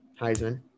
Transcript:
Heisman